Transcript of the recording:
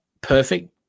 perfect